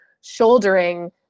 shouldering